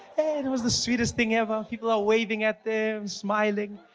and it was the sweetest thing ever. people are waving at them, smiling.